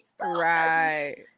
Right